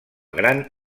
gran